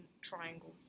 triangle